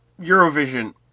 Eurovision